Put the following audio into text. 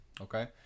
Okay